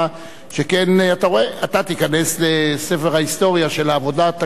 אתה תיכנס לספר ההיסטוריה של עבודת הכנסת,